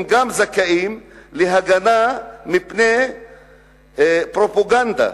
הם גם זכאים להגנה מפני פרופגנדה,